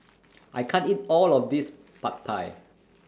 I can't eat All of This Pad Thai